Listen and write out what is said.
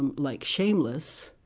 and like shameless,